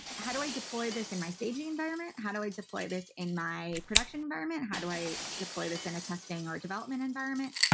how do i deploy this in my staging environment, how do i deploy this in my production environment, how do i deploy this in a testing or development environment?